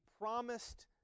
promised